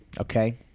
okay